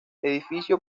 edificio